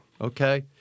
okay